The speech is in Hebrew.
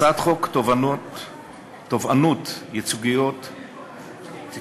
הצעת חוק תובענות ייצוגיות (תיקון,